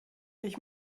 ich